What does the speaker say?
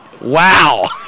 Wow